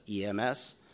EMS